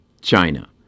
China